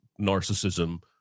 narcissism